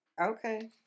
Okay